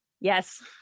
yes